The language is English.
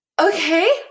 okay